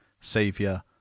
Saviour